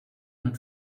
hat